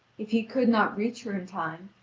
if he could not reach her in time,